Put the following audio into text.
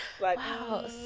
wow